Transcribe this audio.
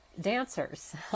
dancers